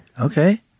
Okay